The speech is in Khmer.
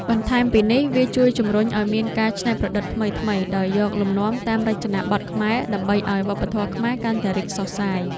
បន្ថែមពីនេះ វាជួយជំរុញឱ្យមានការច្នៃប្រឌិតថ្មីៗដោយយកលំនាំតាមរចនាបថខ្មែរ ដើម្បីឱ្យវប្បធម៌ខ្មែរកាន់តែរីកសុះសាយ។